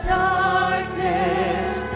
darkness